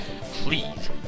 please